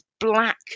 black